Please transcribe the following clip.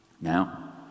Now